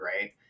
right